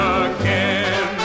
again